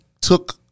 took